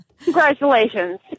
Congratulations